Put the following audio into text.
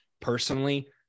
personally